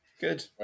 Good